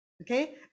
Okay